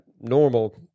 normal